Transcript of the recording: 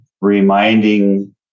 reminding